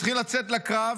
צריכים לצאת לקרב